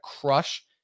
crush